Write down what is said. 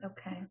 Okay